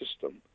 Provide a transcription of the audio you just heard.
system